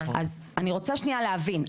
אז אני רוצה שנייה להבין,